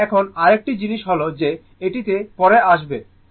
সুতরাং এখন আরেকটি জিনিস হল যে এটিতে পরে আসবে